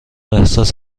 احساس